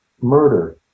murder